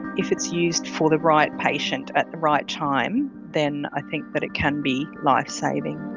if it's used for the right patient at the right time, then i think that it can be lifesaving.